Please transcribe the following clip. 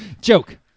joke